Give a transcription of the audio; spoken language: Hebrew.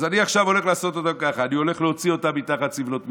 אז אני עכשיו הולך לעשות ככה: אני הולך להוציא אותם מתחת סבלות מצרים,